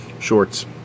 shorts